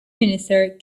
minister